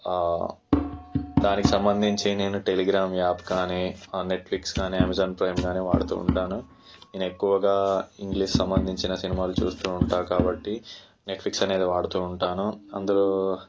దానికి సంబంధించి నేను టెలిగ్రామ్ యాప్ గానీ ఆ నెట్ఫ్లిక్స్ గానీ అమెజాన్ ప్రైమ్ గానీ వాడుతూ ఉంటాను నేనెక్కువగా ఇంగ్లీష్కి సంబంధించిన సినిమాలు చూస్తూ ఉంటాను కాబట్టి నెట్ఫ్లిక్స్ అనేది వాడుతూ ఉంటాను అందులో